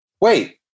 wait